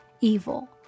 evil